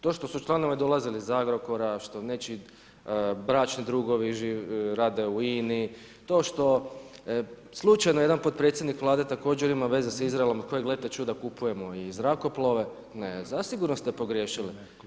To što su članovi dolazili iz Agrokora, što nečiji bračni drugove rade u INA-i, to što slučajno jedan potpredsjednik Vlade također ima veze s Izraelom od kojeg, glete čuda, kupujemo i zrakoplove, ne, zasigurno ste pogriješili.